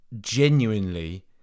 Genuinely